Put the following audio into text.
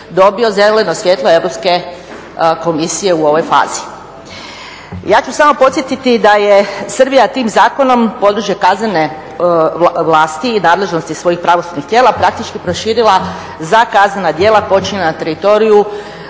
dobio zeleno svjetlo Europske komisije u ovoj fazi. Ja ću samo podsjetiti da je Srbija tim zakonom područje kaznene vlasti i nadležnosti svojih pravosudnih tijela praktički proširila za kaznena djela počinjena na teritoriju